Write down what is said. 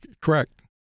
Correct